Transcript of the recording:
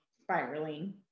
spiraling